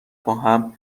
باهم